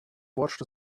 watched